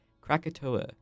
Krakatoa